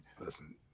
Listen